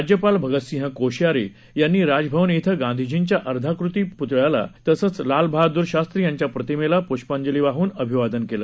राज्यपाल भगतसिंह कोश्यारी यांनी राजभवन इथं गांधीजींच्या अर्धाकृती पुतळ्याला तसंच लाल बहादुर शास्त्री यांच्या प्रतिमेला पुष्पांजली वाहून अभिवादन केलं